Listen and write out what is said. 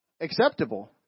acceptable